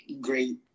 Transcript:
great